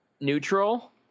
neutral